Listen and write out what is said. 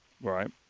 Right